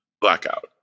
Blackout